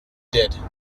did